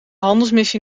handelsmissie